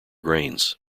grains